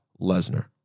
Lesnar